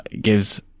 gives